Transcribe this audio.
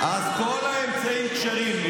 כל האמצעים כשרים.